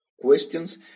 questions